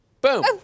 Boom